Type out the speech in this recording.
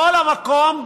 בכל מקום,